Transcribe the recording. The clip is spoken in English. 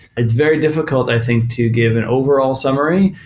it's very difficult, i think, to give an overall summary,